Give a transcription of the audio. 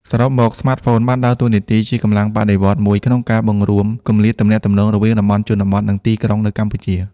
សរុបមក ស្មាតហ្វូនបានដើរតួនាទីជាកម្លាំងបដិវត្តន៍មួយក្នុងការ បង្រួមគម្លាតទំនាក់ទំនង រវាងតំបន់ជនបទ និងទីក្រុងនៅកម្ពុជា។